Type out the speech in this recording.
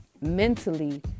mentally